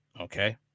Okay